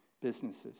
businesses